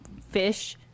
fish